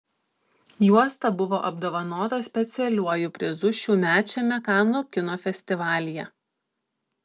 juosta buvo apdovanota specialiuoju prizu šiųmečiame kanų kino festivalyje